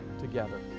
together